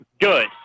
Good